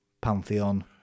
pantheon